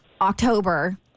October